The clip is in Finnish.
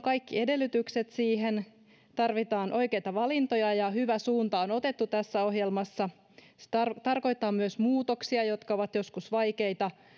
kaikki edellytykset siihen tarvitaan oikeita valintoja ja hyvä suunta on otettu tässä ohjelmassa se tarkoittaa myös muutoksia jotka ovat joskus vaikeita